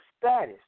status